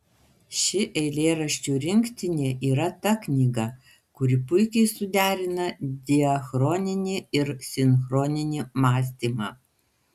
ši eilėraščių rinktinė yra ta knyga kuri puikiai suderina diachroninį ir sinchroninį mąstymą